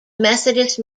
methodist